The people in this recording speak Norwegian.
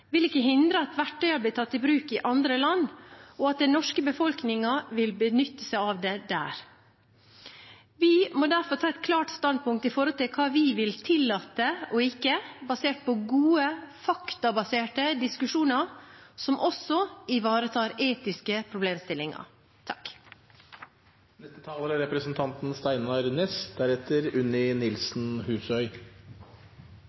vil ikke hindre at verktøyene blir tatt i bruk i andre land, og at den norske befolkningen vil benytte seg av det der. Vi må derfor ta et klart standpunkt om hva vi vil tillate og ikke, basert på gode, faktabaserte diskusjoner, som også ivaretar etiske problemstillinger.